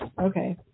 Okay